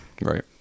Right